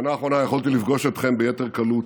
בשנה האחרונה יכולתי לפגוש אתכם ביתר קלות,